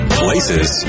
places